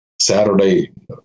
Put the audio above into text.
Saturday